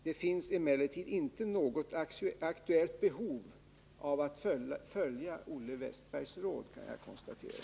Det finns emellertid inte något aktuellt behov av att följa Olle Wästbergs råd här. Det kan jag konstatera.